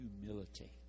Humility